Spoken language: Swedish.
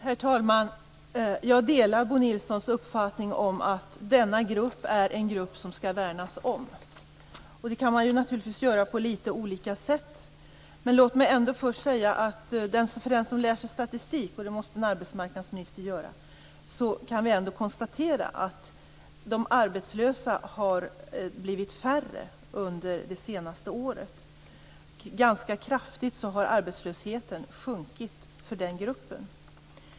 Herr talman! Jag delar Bo Nilssons uppfattning att denna grupp är en grupp som skall värnas. Det kan man naturligtvis göra på litet olika sätt. Låt mig ändå först säga att den som läser statistik, och det måste en arbetsmarknadsminister göra, ändå kan konstatera att de arbetslösa har blivit färre under det senaste året. Arbetslösheten har sjunkit ganska kraftigt för den gruppen.